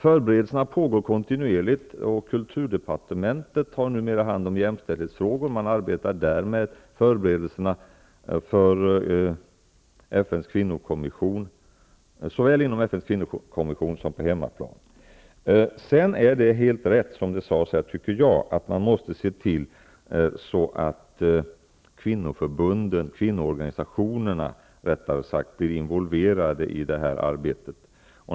Förberedelserna pågår kontinuerligt. Kulturdepartementet har numera hand om jämställdhetsfrågorna. Man arbetar med förberedelserna såväl inom FN:s kvinnokommission som på hemmaplan. Sedan är det helt rätt som det sades här, och det tycker jag också, att man måste se till att kvinnoorganisationerna blir involverade i detta arbete.